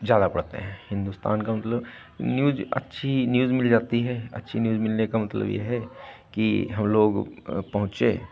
ज़्यादा पढ़ते हैं हिंदुस्तान का मतलब न्यूज़ अच्छी न्यूज़ मिल जाती है अच्छी न्यूज़ मिलने का मतलब ये है कि हम लोग पहुंचे